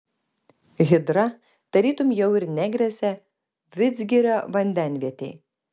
hidra tarytum jau ir negresia vidzgirio vandenvietei